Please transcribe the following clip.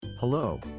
Hello